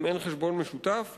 אם אין חשבון משותף,